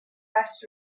less